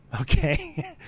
Okay